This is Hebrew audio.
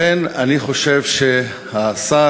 לכן אני חושב שהשר,